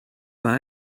war